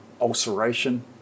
ulceration